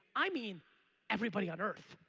i mean everybody on earth.